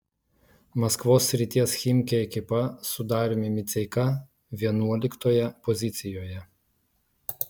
maskvos srities chimki ekipa su dariumi miceika vienuoliktoje pozicijoje